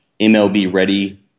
MLB-ready –